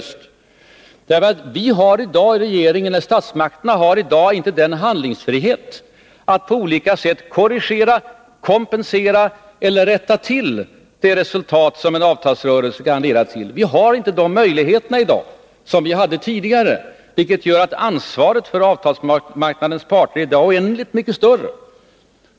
Statsmakterna har nämligen inte i dag den handlingsfrihet som krävs för att på olika sätt korrigera, kompensera eller rätta till de resultat som en avtalsrörelse kan leda till. Vi har inte de möjligheter i dag som vi hade tidigare, vilket gör att ansvaret för arbetsmarknadens parter i dag är oändligt mycket större.